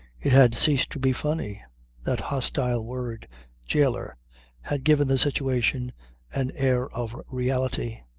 it had ceased to be funny that hostile word jailer had given the situation an air of reality.